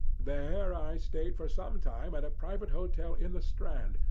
there i stayed for some time at a private hotel in the strand,